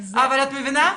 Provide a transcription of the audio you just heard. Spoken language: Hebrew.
את מבינה?